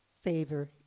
favor